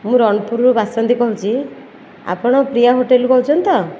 ମୁଁ ରଣପୁରରୁ ବାସନ୍ତୀ କହୁଛି ଆପଣ ପ୍ରିୟା ହୋଟେଲ୍ରୁ କହୁଛନ୍ତି ତ